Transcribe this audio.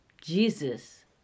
Jesus